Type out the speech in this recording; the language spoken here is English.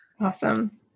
Awesome